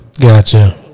gotcha